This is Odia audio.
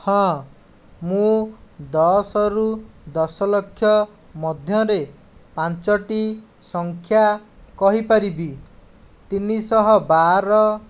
ହଁ ମୁଁ ଦଶରୁ ଦଶଲକ୍ଷ ମଧ୍ୟରେ ପାଞ୍ଚଟି ସଂଖ୍ୟା କହିପାରିବି ତିନିଶହ ବାର